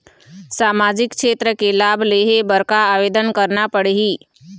सामाजिक क्षेत्र के लाभ लेहे बर का आवेदन करना पड़ही?